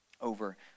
over